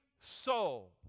soul